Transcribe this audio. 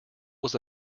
was